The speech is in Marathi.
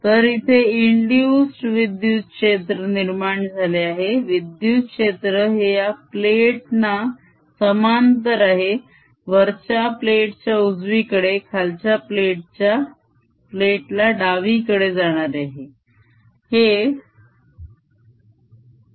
तर इथे इंदुस्ड विद्युत क्षेत्र निर्माण झाले आहे विद्युत क्षेत्र हे या प्लेट ना समांतर आहे वरच्या प्लेट ला उजवीकडे आणि खालच्या प्लेट ला डावीकडे जाणारे आहे